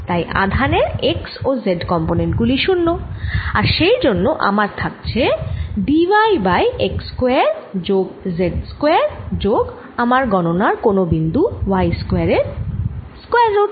তাই আধানের x ও z কম্পোনেন্ট গুলি 0 আর সেই জন্য আমার থাকছে d y by x square যোগ z স্কয়ার যোগ আমার গণনার কোন বিন্দু y স্কয়ার এর স্কয়ার রুট